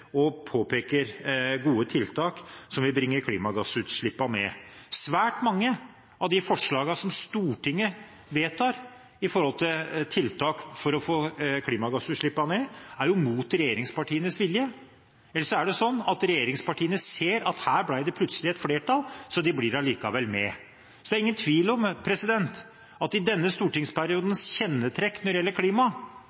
gode tiltak som vil bringe klimagassutslippene ned. Svært mange av de forslagene som Stortinget vedtar med hensyn til tiltak for å få ned klimagassutslippene, er mot regjeringspartienes vilje – eller så er det sånn at regjeringspartiene ser at her ble det plutselig et flertall, så de blir med allikevel. Det er ingen tvil om at denne stortingsperiodens kjennemerke når det gjelder klima, er at